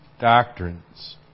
doctrines